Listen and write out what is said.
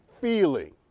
feeling